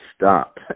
stop